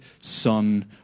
Son